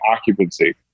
occupancy